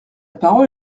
parole